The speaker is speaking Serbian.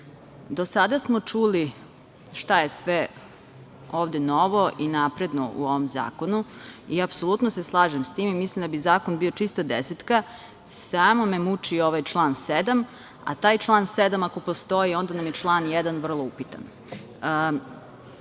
sada smo čuli šta je sve ovde novo i napredno u ovom zakonu i apsolutno se slažem sa tim i mislim da bi zakon bio čista desetka, ali me muči ovaj član 7, a taj član 7. ako postoji, onda nam je član 1. vrlo upitan. Šta